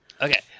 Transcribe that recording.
okay